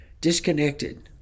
disconnected